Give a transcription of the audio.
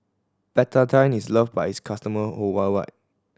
Betadine is loved by its customer